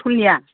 स्कुलनिया